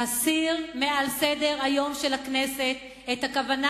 תסיר מעל סדר-היום של הכנסת את הכוונה